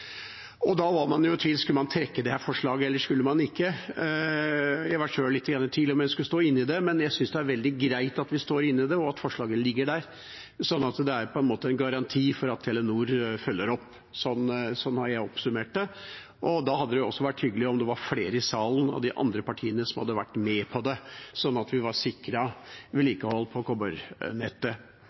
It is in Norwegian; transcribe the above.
Da var man i tvil: Skulle man trekke dette forslaget, eller skulle man ikke? Jeg var sjøl lite grann i tvil om vi skulle stå inne i det, men jeg synes det er veldig greit at vi står inne i det, og at forslaget ligger der, sånn at det på en måte er en garanti for at Telenor følger opp. Sånn har jeg oppsummert det. Da hadde det også vært hyggelig om flere i salen, fra de andre partiene, hadde vært med på det, sånn at vi var sikret vedlikehold på